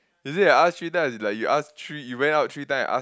is it you ask three time as in like you ask three you went out three time and ask